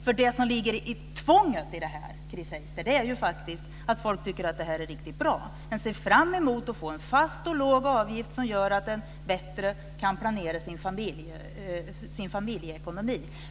Det tvång som ligger i det här, Chris Heister, är faktiskt att folk tycker att det är riktigt bra. Man ser fram emot att få en fast och låg avgift som gör att man bättre kan planera sin familjeekonomi.